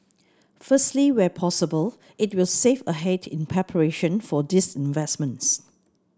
firstly where possible it will save ahead in preparation for these investments